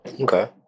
Okay